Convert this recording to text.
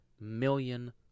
million